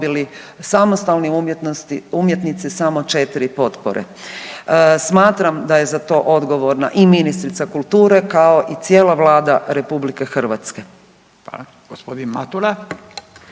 umjetnosti, umjetnici samo 4 potpore. Smatram da je za to odgovorna i ministrica kulture kao i cijela Vlada RH. Hvala.